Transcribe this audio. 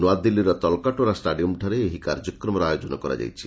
ନୁଆଦିଲ୍ଲୀର ତଲ୍କାଟୋରା ଷ୍ଟାଡିୟମଠାରେ ଏହି କାର୍ଯ୍ୟକ୍ରମର ଆୟୋଜନ କରାଯାଇଛି